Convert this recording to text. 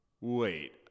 wait